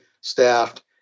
staffed